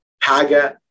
PAGA